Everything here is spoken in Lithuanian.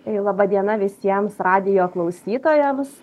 tai laba diena visiems radijo klausytojams